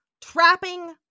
trapping